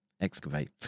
excavate